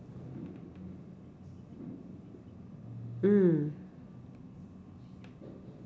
mm